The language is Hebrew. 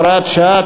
הוראת שעה),